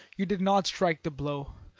you did not strike the blow.